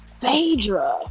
Phaedra